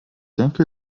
denke